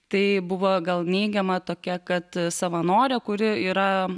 tai buvo gal neigiama tokia kad savanorė kuri yra